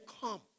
Come